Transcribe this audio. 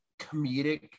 comedic